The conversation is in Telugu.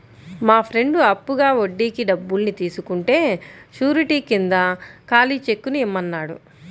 మా ఫ్రెండు అప్పుగా వడ్డీకి డబ్బుల్ని తీసుకుంటే శూరిటీ కింద ఖాళీ చెక్కుని ఇమ్మన్నాడు